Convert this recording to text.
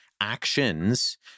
actions